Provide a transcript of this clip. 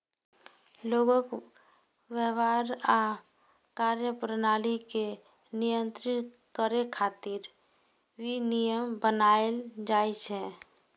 लोगक व्यवहार आ कार्यप्रणाली कें नियंत्रित करै खातिर विनियम बनाएल जाइ छै